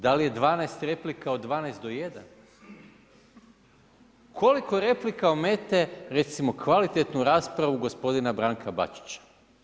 Da li je 12 replika od 12-1. Koliko replika omete, recimo kvalitetnu raspravu gospodina Branka Bačića.